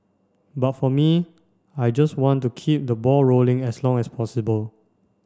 but for me I just want to keep the ball rolling as long as possible